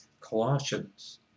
Colossians